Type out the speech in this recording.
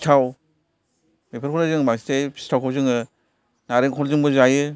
सिथाव बेफोरखौ जों बांसिन जायो सिथावखौ जोङो नारिखल जोंबो जायो